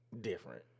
different